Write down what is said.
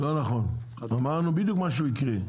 לא נכון, אמרנו בדיוק מה שהוא הקריא,